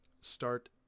start